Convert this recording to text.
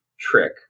Trick